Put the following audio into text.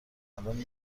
الان